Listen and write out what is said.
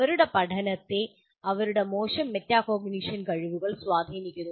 അവരുടെ പഠനത്തെ അവരുടെ മോശം മെറ്റാകോഗ്നിഷൻ കഴിവുകൾ സ്വാധീനിക്കുന്നു